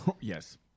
Yes